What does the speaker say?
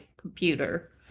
computer